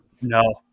no